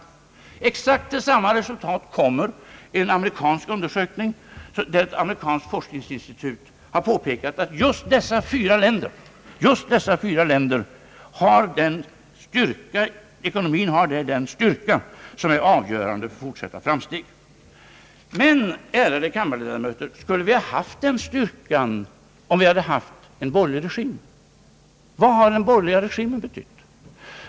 Till exakt samma resultat kommer en amerikansk undersökning, där ett amerikanskt forskningsinstitut har påpekat att just dessa fyra länders ekonomi har den styrka som är avgörande för fortsatta framsteg. Men, ärade kammarledamöter, skulle vi ha haft den styrkan om vi hade haft en borgerlig regim? Vad hade en borgerlig regim betytt?